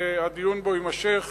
והדיון בו יימשך